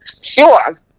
Sure